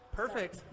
perfect